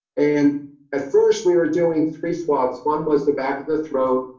and at first we were doing three swabs. one was the back of the throat,